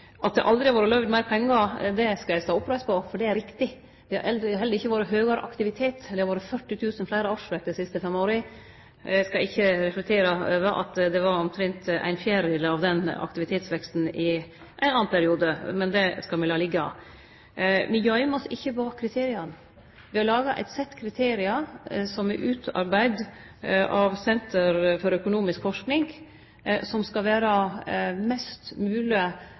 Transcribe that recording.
At det aldri har vore løyvd meir pengar, skal eg stå oppreist på, for det er riktig. Det har heller ikkje vore høgare aktivitet. Det har vore 40 000 fleire årsverk dei siste fem åra. Eg skal ikkje reflektere over at det var omtrent ein fjerdedel av denne aktivitetsveksten i ein annan periode – det skal me la liggje. Me gøymer oss ikkje bak kriteria. Me har laga eit sett kriterium som er utarbeidd av Senter for økonomisk forsking, som skal vere mest